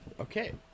okay